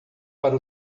para